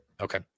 Okay